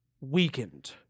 weakened